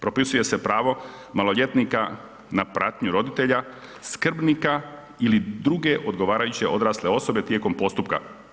Propisuje se pravo maloljetnika na pratnju roditelja, skrbnika ili druge odgovarajuće odrasle osobe tijekom postupka.